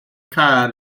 car